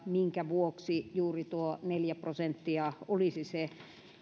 minkä vuoksi juuri tuo neljä prosenttia olisi se